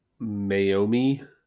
mayomi